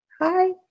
Hi